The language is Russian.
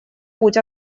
путь